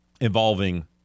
involving